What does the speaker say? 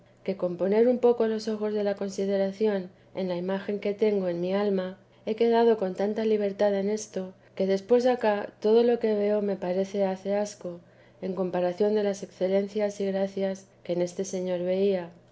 que con poner un poco los ojos de la consideración en la imagen que tengo en mi alma he quedado con tanta libertad en esto que después acá todo lo que veo me parece hace asco en comparación de las excelencias y gracias que en este señor veía